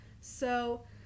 So-